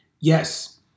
Yes